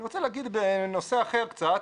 אני רוצה להגיד בנושא אחר קצת,